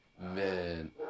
Man